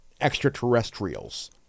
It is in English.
extraterrestrials